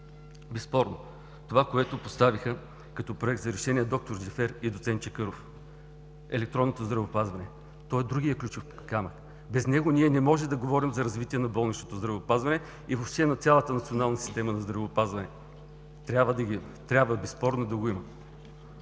Безспорно това, което поставиха като Проект за решение д-р Джафер и доц. Чакъров – електронното здравеопазване, е другият ключов камък. Без него ние не можем да говорим за развитие на болничното здравеопазване и въобще на цялата национална система на здравеопазване. Трябва безспорно да го има.